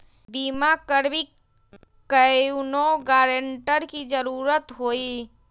बिमा करबी कैउनो गारंटर की जरूरत होई?